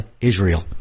Israel